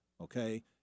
Okay